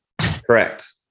Correct